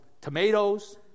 Tomatoes